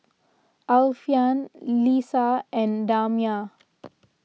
Alfian Lisa and Damia